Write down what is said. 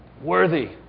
worthy